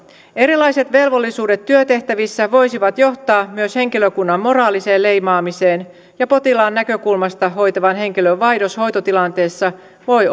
erilaiset velvollisuudet työtehtävissä voisivat johtaa myös henkilökunnan moraaliseen leimaamiseen ja potilaan näkökulmasta hoitavan henkilön vaihdos hoitotilanteessa voi